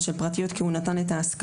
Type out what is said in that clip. של פרטיות כי הוא נתן את ההסכמה.